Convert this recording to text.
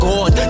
God